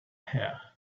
here